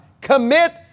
Commit